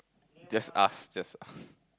just ask just ask